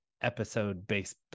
episode-based